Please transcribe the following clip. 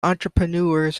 entrepreneurs